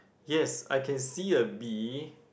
yes I can see a bee